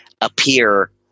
appear